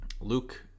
Luke